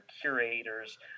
curators